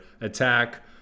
Attack